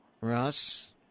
Russ